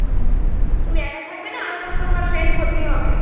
ও তুমি একাই থাকবে না আরো কোনো তোমার ফ্রেন্ড ভর্তি হবে